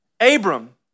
Abram